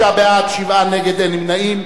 39 בעד, שבעה נגד, אין נמנעים.